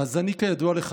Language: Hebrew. כידוע לך,